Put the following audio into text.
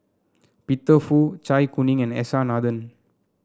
Peter Fu Zai Kuning and S R Nathan